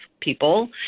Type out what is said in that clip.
people